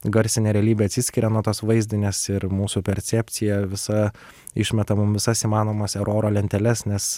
garsinė realybė atsiskiria nuo tos vaizdinės ir mūsų percepcija visa išmeta mum visas įmanomas eroro lenteles nes